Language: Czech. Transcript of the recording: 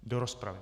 Do rozpravy.